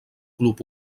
club